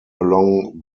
along